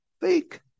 fake